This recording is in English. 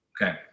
Okay